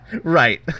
Right